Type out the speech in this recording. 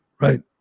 Right